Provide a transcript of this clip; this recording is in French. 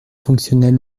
fonctionnait